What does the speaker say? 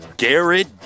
Garrett